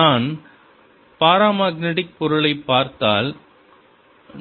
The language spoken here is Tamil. நான் பரமக்நெடிக் பொருளைப் பார்த்தால்